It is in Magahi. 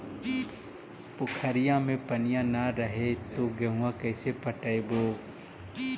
पोखरिया मे पनिया न रह है तो गेहुमा कैसे पटअब हो?